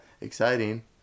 exciting